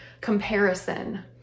comparison